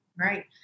Right